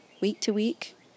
week-to-week